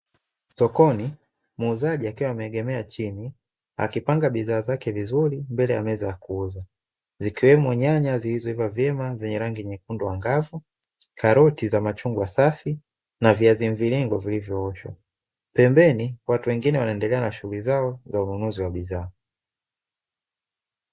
Sokoni muuzaji akiwa ameegemea chini akipanga bidhaa zake vizuri mbele ya duka la kuuza zikiwemo nyanya zilizoiva vyema zenye rangi nyekundu ang'avu, karoti za machungwa safi na viazi mviringo vilivyooshwa, pembeni watu wengine wanaendelea na shughuli zao za ununuzi wa bidhaa.